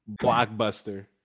Blockbuster